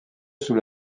sous